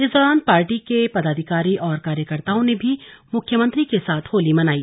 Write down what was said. इस दौरान पार्टी के पदाधिकारी और कार्यकर्ताओं ने भी मुख्यमंत्री के साथ होली मनाई